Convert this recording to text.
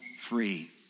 free